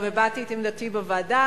גם הבעתי את עמדתי בוועדה.